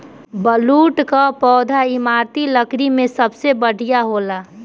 बलूत कअ पौधा इमारती लकड़ी में सबसे बढ़िया होला